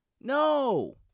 No